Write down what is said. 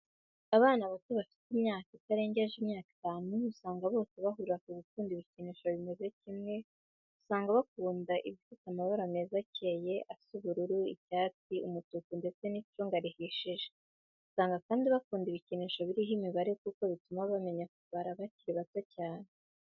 Abana bato bafite imyaka itarengeje imyaka itanu, usanga bose bahurira ku gukunda ibikinisho bimeze kimwe, usanga bakunda ibifite amabara meza akeye asa ubururu, icyatsi, umutuku, ndetse n'icunga rihishije, usanga kandi bakunda ibikinisho biriho imibare kuko bituma bamenya kubara bakiri bato cyane.